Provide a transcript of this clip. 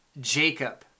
Jacob